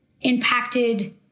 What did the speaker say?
impacted